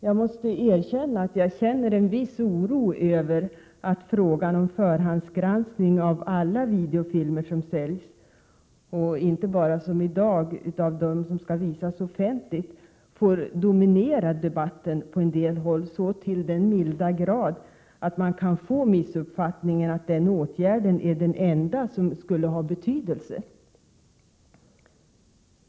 Jag måste erkänna att jag känner en viss oro över att frågan om förhandsgranskning av alla videofilmer som säljs, och inte bara, som i dag, av dem som skall visas offentligt, får dominera debatten på en del håll så till den milda grad att man kan få missuppfattningen att den åtgärden är den enda som skulle ha betydelse.